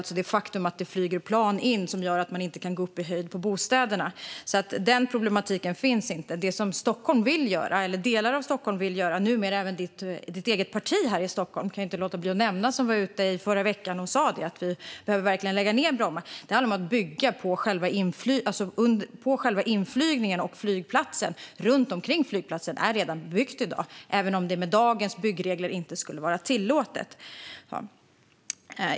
Det faktum att plan flyger in gör att bostäderna inte kan byggas på höjden. Det problemet finns inte. Det som delar av Stockholm vill göra - och numera även Lars Thomssons parti i Stockholm, som i förra veckan sa att Bromma ska läggas ned - är att bygga utmed inflygningen och på flygplatsen. Runt omkring flygplatsen är det redan bebyggt, även om det med dagens byggregler inte skulle vara tillåtet.